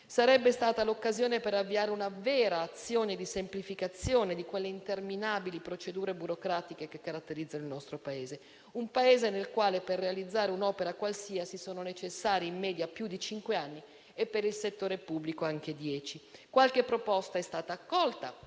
Sarebbe stata l'occasione per avviare una vera azione di semplificazione di quelle interminabili procedure burocratiche che caratterizzano il nostro Paese; un Paese nel quale, per realizzare un'opera qualsiasi, sono necessari in media più di cinque anni e, per il settore pubblico, anche dieci. Qualche proposta è stata accolta,